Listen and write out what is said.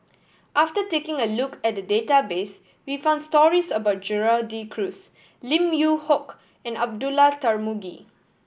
after taking a look at the database we found stories about Gerald De Cruz Lim Yew Hock and Abdullah Tarmugi